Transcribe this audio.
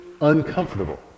uncomfortable